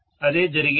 అదే జరిగేది